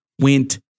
went